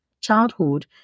childhood